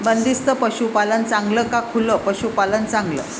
बंदिस्त पशूपालन चांगलं का खुलं पशूपालन चांगलं?